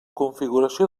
configuració